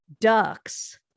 Ducks